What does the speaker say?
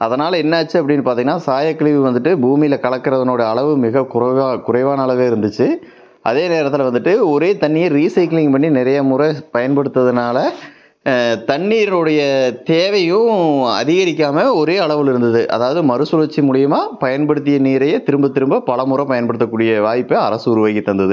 அதனால் என்ன ஆச்சு அப்படினு பாத்திங்கனா சாயக் கழிவு வந்துவிட்டு பூமியில் கலக்கிறதனோட அளவு மிகக் குறைவாக குறைவான அளவே இருந்துச்சு அதே நேரத்தில் வந்துவிட்டு ஒரே தண்ணியை ரீசைக்கிளிங் பண்ணி நிறைய முறை பயன்படுத்துவதுனால் தண்ணீரினுடைய தேவையும் அதிகரிக்காமல் ஒரே அளவில் இருந்தது அதாவது மறுசுழற்சி மூலிமா பயன்படுத்திய நீரையே திரும்பத் திரும்ப பலமுறை பயன்படுத்தக்கூடிய வாய்ப்பை அரசு உருவாக்கித் தந்தது